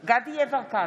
דסטה גדי יברקן,